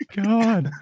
god